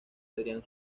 adrián